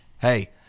hey